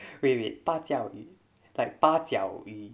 wait 八角 it like 八脚鱼